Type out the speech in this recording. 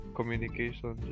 Communication